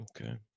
Okay